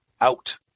out